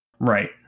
Right